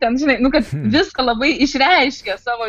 ten žinai nu kad viską labai išreiškia savo